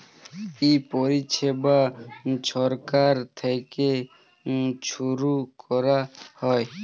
ই পরিছেবা ছরকার থ্যাইকে ছুরু ক্যরা হ্যয়